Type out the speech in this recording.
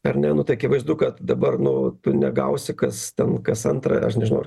ar ne nu tai akivaizdu kad dabar nu tu negausi kas ten kas antrą aš nežinau